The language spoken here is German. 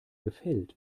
gefällt